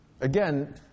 again